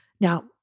Now